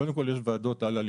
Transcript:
קודם כול יש ועדות אל-אלימות,